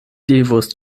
devus